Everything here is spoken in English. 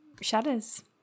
shudders